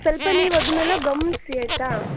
ಸ್ವಲ್ಪ ನೀವು ಅದನ್ನೆಲ್ಲ ಗಮನಿಸಿ ಆಯಿತಾ